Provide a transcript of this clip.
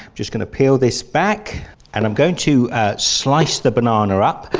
just going to peel this back and i'm going to slice the banana up,